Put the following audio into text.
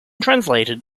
translated